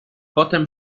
potem